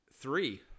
three